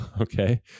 Okay